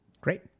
great